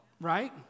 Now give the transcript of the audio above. Right